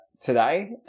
today